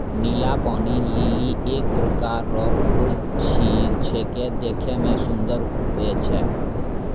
नीला पानी लीली एक प्रकार रो फूल छेकै देखै मे सुन्दर हुवै छै